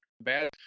bad